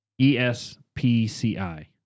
ESPCI